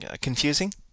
confusing